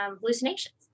hallucinations